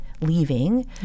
leaving